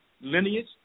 lineage